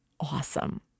awesome